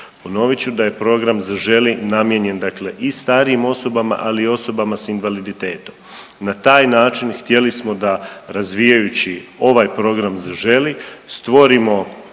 Ponovit ću da je program Zaželi namijenjen, dakle i starijim osobama, ali i osobama sa invaliditetom. Na taj način htjeli smo da razvijajući ovaj program Zaželi stvorimo